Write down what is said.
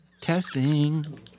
Testing